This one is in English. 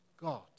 God